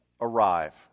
arrive